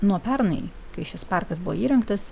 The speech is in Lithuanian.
nuo pernai kai šis parkas buvo įrengtas